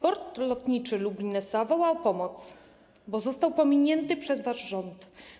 Port Lotniczy Lublin SA woła o pomoc, bo został pominięty przez wasz rząd.